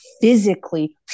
physically